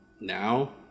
now